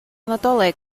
nadolig